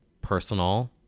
personal